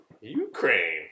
Ukraine